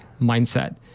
mindset